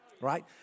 right